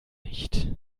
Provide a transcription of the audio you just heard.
nicht